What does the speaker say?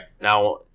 Now